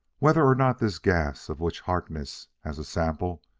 whether or not this gas, of which harkness has a sample,